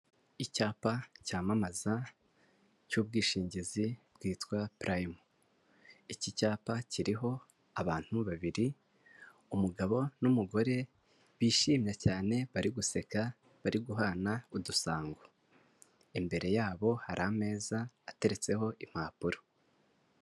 Icyapa cyamamaza cy'ubwishingizi bwitwa Purayimu. Iki cyapa kiriho abantu babiri: umugabo n'umugore bishimye cyane, bari guseka, bari guhana udusango. Imbere yabo hari ameza ateretseho impapuro.